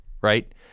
right